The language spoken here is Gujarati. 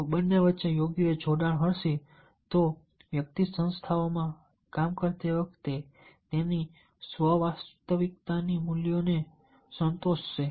જો બંને વચ્ચે યોગ્ય જોડાણ હશે તો વ્યક્તિ સંસ્થાઓમાં કામ કરતી વખતે તેની સ્વ વાસ્તવિકતાની જરૂરિયાતોને સંતોષશે